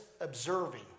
observing